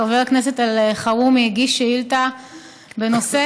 חבר הכנסת אלחרומי הגיש שאילתה בנושא